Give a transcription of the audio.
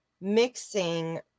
mixing